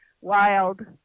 wild